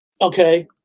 Okay